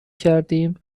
کردیم